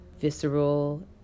visceral